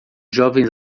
jovens